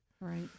Right